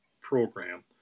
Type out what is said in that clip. program